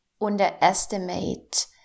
underestimate